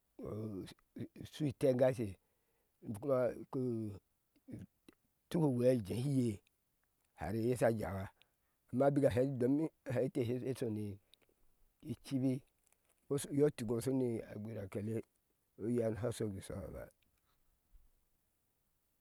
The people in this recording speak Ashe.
ushu tengashe utuk uwhe ujehi iye here eye sha jawa amma bik shee eti domin here ete she shuni cibi iyoo tuk iŋo shunu agwira kele oye hai oshogwi shohohoba